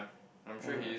yeah